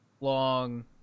long